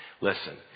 Listen